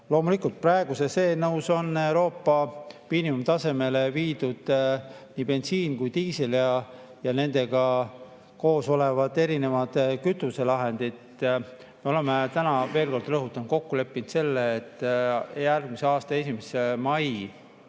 Loomulikult, praeguses eelnõus on Euroopa miinimumtasemele viidud nii bensiin kui ka diisel ja nendega koos olevad erinevad kütuselahendid. Me oleme täna, veel kord rõhutan, kokku leppinud selle, et järgmise aasta 1. mai